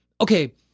okay